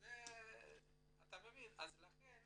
אז לכן